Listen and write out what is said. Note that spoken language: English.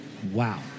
Wow